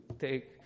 take